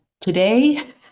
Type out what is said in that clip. today